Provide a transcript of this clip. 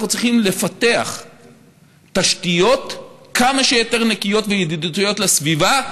אנחנו צריכים לפתח תשתיות כמה שיותר נקיות וידידותיות לסביבה.